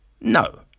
No